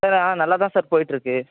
sir ஆ நல்லா தான் சார் போய்ட்டு இருக்கு